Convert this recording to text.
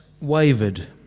wavered